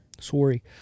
Sorry